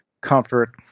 comfort